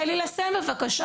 תן לי לסיים בבקשה.